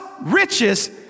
riches